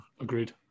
agreed